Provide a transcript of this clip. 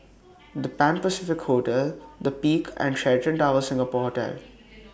The Pan Pacific Hotel The Peak and Sheraton Towers Singapore Hotel